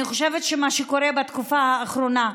אני חושבת שמה שקורה בתקופה האחרונה,